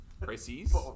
crises